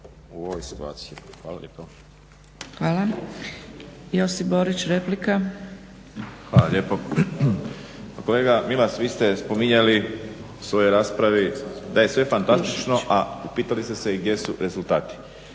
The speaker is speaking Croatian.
(SDP)** Josip Borić, replika. **Borić, Josip (HDZ)** Pa kolega Milas, vi ste spominjali u svojoj raspravi da je sve fantastično, a upitali ste se i gdje su rezultati.